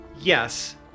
Yes